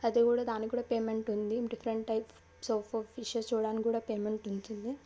అది కూడా దాన్ని కూడా పేమెంట్ ఉంది డిఫరెంట్ టైప్స్ ఆఫ్ ఫిషెస్ చూడడానికి కూడా పేమెంట్ ఉంటుంది